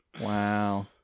Wow